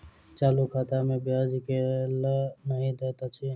चालू खाता मे ब्याज केल नहि दैत अछि